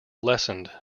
lessened